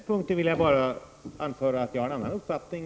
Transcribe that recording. Herr talman! På den punkten vill jag bara anföra att jag har en annan uppfattning.